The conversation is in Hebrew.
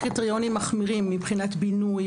קריטריונים מחמירים מבחינת בינוי,